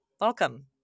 welcome